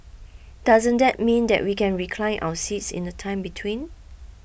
doesn't that mean that we can recline our seats in the time between